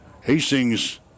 Hastings